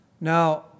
Now